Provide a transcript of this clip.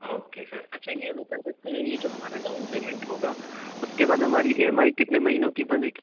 okay sir اچھا یہ بتا سکتے ہیں یہ جو ہمارا ڈاؤن پیمنٹ ہوگا اس کے بعد ہماری ای ایم آئی کتنے مہینوں کی بنے گی